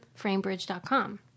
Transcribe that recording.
framebridge.com